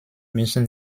müssen